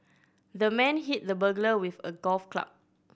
the man hit the burglar with a golf club